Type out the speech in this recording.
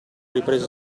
riprese